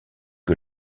que